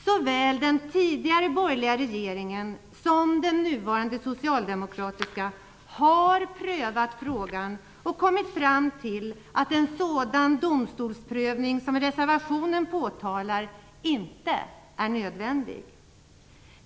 Såväl den tidigare borgerliga regeringen som den nuvarande socialdemokratiska har prövat frågan och kommit fram till att en sådan domstolsprövning som reservationen förordar inte är nödvändig.